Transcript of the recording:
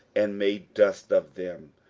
and made dust of them,